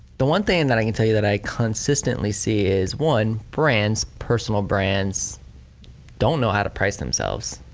the one thing that i can tell you that i consistently see is one, brands, personal brands don't know how to price themselves.